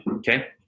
okay